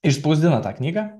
išspausdino tą knygą